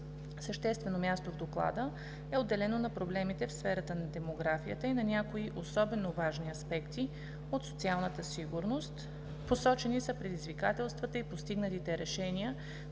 Съществено място в Доклада е отделено на проблемите в сферата на демографията и на някои особено важни аспекти от социалната сигурност, посочени са предизвикателствата и постигнатите решения